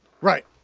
Right